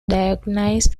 diagnosed